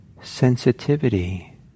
sensitivity